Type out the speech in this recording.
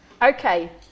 Okay